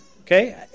Okay